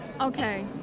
Okay